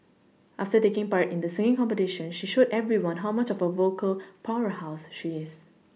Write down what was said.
after taking part in the singing competition she showed everyone how much of a vocal powerhouse she is